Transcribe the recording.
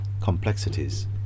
complexities